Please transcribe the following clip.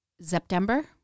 September